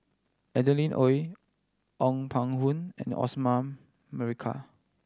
Adeline Ooi Ong Pang Boon and Osman Merican